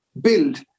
build